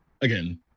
again